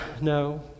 No